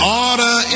order